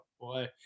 boy